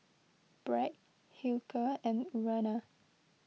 Bragg Hilker and Urana